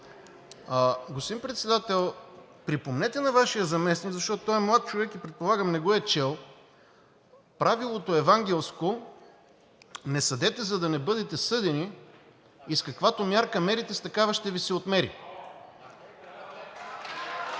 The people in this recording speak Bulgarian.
Господин Председател, припомнете на Вашия заместник, защото той е млад човек и предполагам не е чел правилото евангелско: „Не съдете, за да не бъдете съдени“ и „С каквато мярка мерите, с такава ще Ви се отмери“.